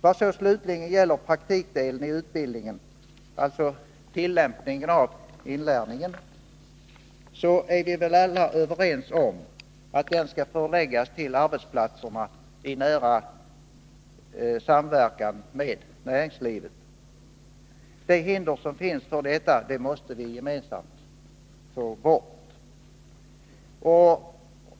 Vad slutligen gäller praktikdelen i utbildningen, alltså tillämpningen av inlärningen, är vi väl alla överens om att den skall förläggas till arbetsplatserna i nära samverkan med näringslivet. De hinder som finns för detta måste vi gemensamt få bort.